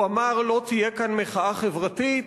הוא אמר: לא תהיה כאן מחאה חברתית,